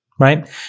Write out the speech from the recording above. Right